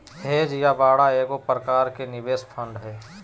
hedge या बाड़ा एगो प्रकार के निवेश फंड हय